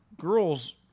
girls